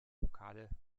vokale